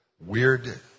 weird